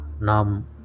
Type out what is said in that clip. Nam